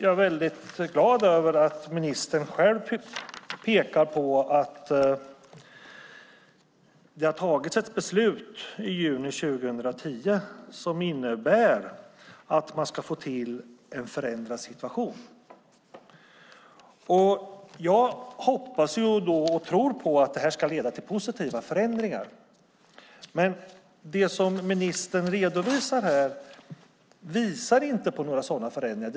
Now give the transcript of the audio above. Jag är glad över att ministern själv pekar på att det i juni 2010 togs ett beslut som innebär att man ska få till en förändrad situation. Jag hoppas och tror att det ska leda till positiva förändringar. Men det som ministern redovisar här visar inte på några sådana förändringar.